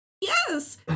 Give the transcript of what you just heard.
Yes